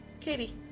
Katie